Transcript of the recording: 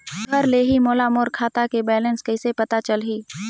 घर ले ही मोला मोर खाता के बैलेंस कइसे पता चलही?